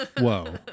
Whoa